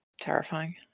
terrifying